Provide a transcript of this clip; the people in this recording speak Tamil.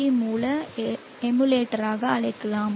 வி மூல எமுலேட்டராக அழைக்கலாம்